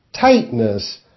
tightness